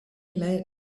lead